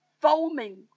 foaming